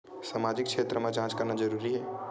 सामाजिक क्षेत्र म जांच करना जरूरी हे का?